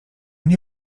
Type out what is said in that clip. nie